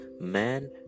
man